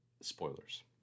Spoilers